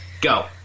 Go